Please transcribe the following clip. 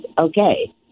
okay